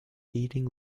eating